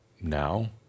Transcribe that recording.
now